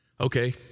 Okay